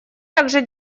также